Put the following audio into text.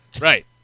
Right